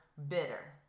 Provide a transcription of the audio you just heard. bitter